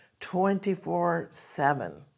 24-7